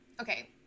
okay